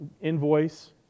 invoice